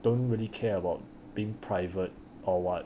don't really care about being private or what